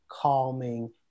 calming